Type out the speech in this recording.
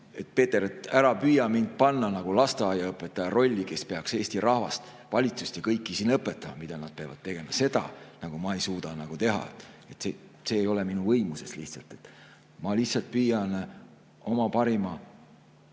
Peeter, ära püüa mind panna nagu lasteaiaõpetaja rolli, kes peaks Eesti rahvast, valitsust ja kõiki siin õpetama, mida nad peavad tegema. Seda ma ei suuda teha. See ei ole minu võimuses. Ma lihtsalt püüan oma parima